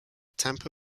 tampa